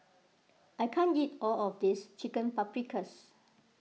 I can't eat all of this Chicken Paprikas